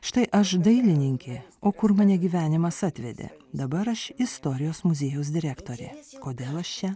štai aš dailininkė o kur mane gyvenimas atvedė dabar aš istorijos muziejaus direktorė kodėl aš čia